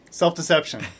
Self-deception